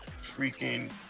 freaking